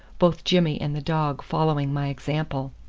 both jimmy and the dog following my example.